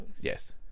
Yes